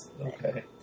Okay